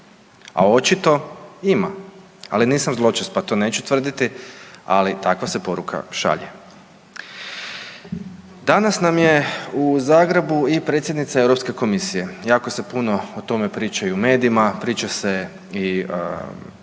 a čito ima. Ali nisam zločest, pa to neću tvrditi, ali takva se poruka šalje. Danas nam je u Zagrebu i predsjednica Europske komisije i jako se puno o tome priča i u medijima, priča se i